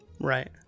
Right